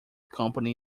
company